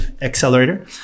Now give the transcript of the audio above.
Accelerator